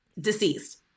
Deceased